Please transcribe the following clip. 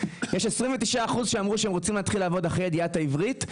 יש 29% שאמרו שהם רוצים להתחיל לעבוד אחרי ידיעת העברית,